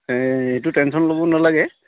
এইটো টেনশ্য়ন ল'ব নালাগে